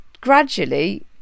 gradually